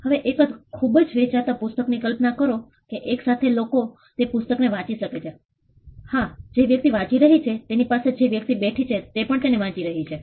હવે એક ખૂબજ વેચાતા પુસ્તકની કલ્પના કરો કે એક સાથે કેટલા લોકો તે પુસ્તકને વાંચી શકે હા જે વ્યક્તિ વાંચી રહી છે તેની પાસે જે વ્યક્તિ બેઠી છે તે પણ તેને વાંચી રહી છે